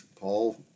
Paul